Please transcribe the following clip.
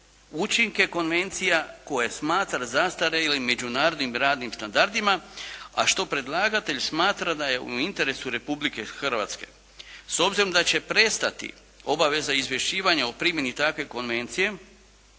učinke konvencija koje smatra zastarjelim međunarodnim radnim standardima, a što predlagatelj smatra da je u interesu Republike Hrvatske. S obzirom da će prestati obaveza izvješćivanja o primjeni takve konvencije